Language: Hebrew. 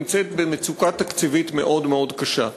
נמצאת במצוקה תקציבית מאוד מאוד קשה.